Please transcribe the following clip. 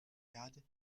erde